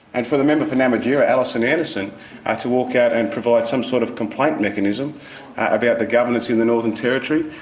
and for the member for namatjira alison anderson ah to walk out and provide some sort of complaint mechanism about the governance in the northern territory,